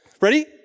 Ready